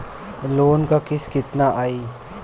Loan क किस्त कितना आई?